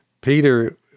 Peter